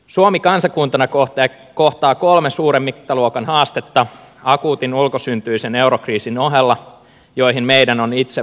suomi kansakuntana kohtaa kolme suuren mittaluokan haastetta akuutin ulkosyntyisen eurokriisin ohella joihin meidän on itse vastattava